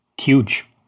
Huge